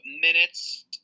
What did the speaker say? minutes